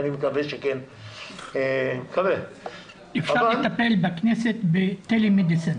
ואני מקווה שכן --- אפשר לטפל בכנסת בטלמדיסין